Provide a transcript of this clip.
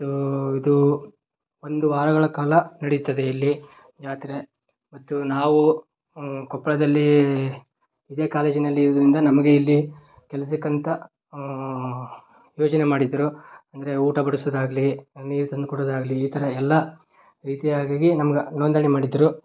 ಮತ್ತು ಇದು ಒಂದು ವಾರಗಳ ಕಾಲ ನಡಿತದೆ ಇಲ್ಲಿ ಜಾತ್ರೆ ಮತ್ತು ನಾವು ಕೊಪ್ಪಳದಲ್ಲಿ ಇದೇ ಕಾಲೇಜಿನಲ್ಲಿರೋದ್ರಿಂದ ನಮಗೆ ಇಲ್ಲಿ ಕೆಲಸಕ್ಕಂತ ಯೋಜನೆ ಮಾಡಿದ್ದರು ಅಂದರೆ ಊಟ ಬಡಿಸೋದಾಗ್ಲಿ ನೀರು ತಂದುಕೊಡೋದಾಗ್ಲಿ ಈ ಥರ ಎಲ್ಲ ರೀತಿಯಾಗಿ ನಮ್ಗೆ ನೋಂದಣಿ ಮಾಡಿದ್ದರು